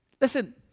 Listen